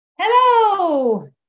Hello